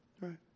right